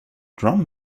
drum